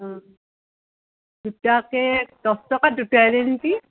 অ গোটাকে দহ টকাত দুটা দিয়ে নেকি